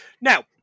Now